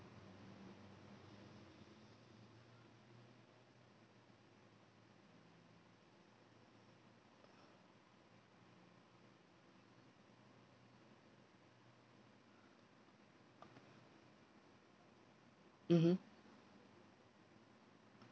mmhmm